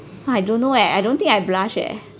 I don't know eh I don't think I blush eh